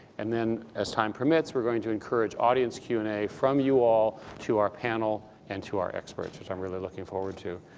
and then as time permits, we're going to encourage audience q and a from you all to our panel and to our experts, which i'm really looking forward to.